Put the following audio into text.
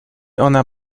ona